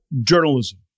journalism